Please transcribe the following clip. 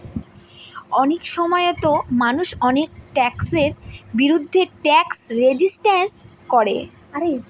অনেক সময়তো মানুষ অনেক ট্যাক্সের বিরুদ্ধে ট্যাক্স রেজিস্ট্যান্স করে